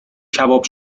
کباب